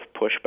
pushback